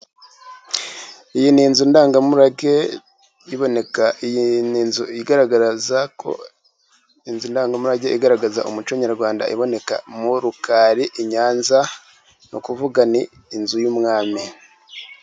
Iyi ni inzu ndangamurage iboneka, iyi ni inzu igaragaza ko inzu ndangamurage, igaragaza umuco nyarwanda, iboneka mu Rukari i Nyanza ni ukuvuga ni inzu y'Umwami.